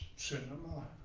cinema,